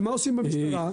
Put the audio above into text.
מה עושים במשטרה?